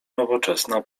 nowoczesna